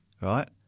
right